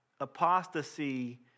apostasy